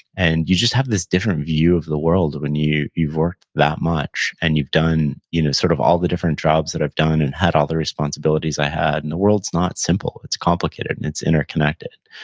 and you just have this different view of the world when you work that much and you've done you know sort of all the different jobs that i've done and had all the responsibilities i had, and the world's not simple. it's complicated and it's interconnected,